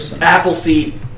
Appleseed